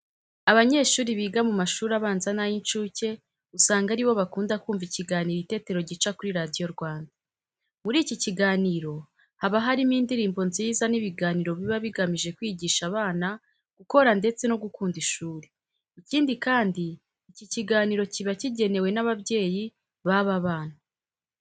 Abanyeshuri biga mu mashuri abanza n'ay'incuke usanga ari bo bakunda kumva ikiganiro Itetero gica kuri Radiyo Rwanda. Muri iki kiganiro haba harimo indirimbo nziza n'ibiganiro biba bigamije kwigisha abana gukora ndetse no gukunda ishuri. Ikindi kandi, iki kiganiro kiba kigenewe n'ababyeyi b'aba bana.